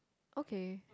okay